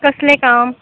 कसलें काम